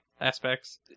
aspects